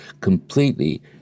completely